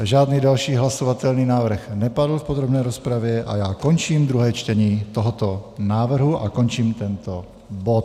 Žádný další hlasovatelný návrh v podrobné rozpravě nepadl a já končím druhé čtení tohoto návrhu a končím tento bod.